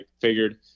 figured